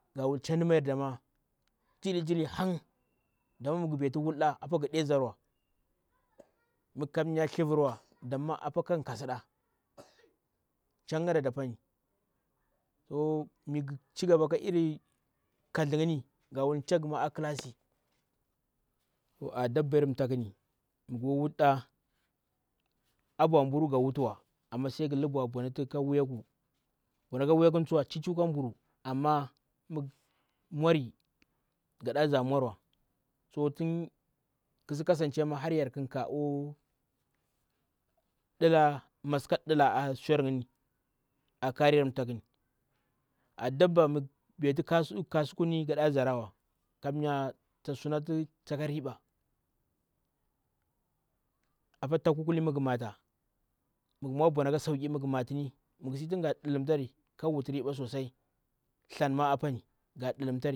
Ga wutu chadimmayar dama dili dili nhang don migi baiti wulɗa apa ngadai mar wa. ami kamya hivirwa dama apa ka damma apa kamga ka siɗa. Nshanga da dapani migu likma ka dili nkaldu yini achaga a klasi. Toh a dabba yar ntamku ni mu nguwulɗa a nbwa mburu nga wuutwa ama sai mgua libaw mbwanati ka wuyaku mbwana ka wuyak un tsuwa chiju ka mburu ama mwani ngaɗa za mwa rwa toh tin nki tsi ƙasancema har yar nka oh mas ka ndi la a suyar yini a kariyar thamkuni a dabba zara wa nkamya ta nsuna ta ka riba apa ntakku mggu mata mggu mbwana ka sauki mggu matini mggu si ntin nga dilim tari tun nga wutu riba sosai galma apuni ga tulun tai.